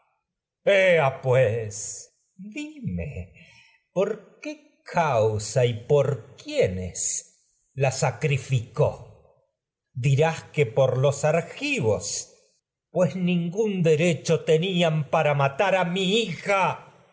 sacrificó pues dime por qué causa y por quié nes dirás que por los argivos pues ningún para derecho tado él tenían matar a mi hija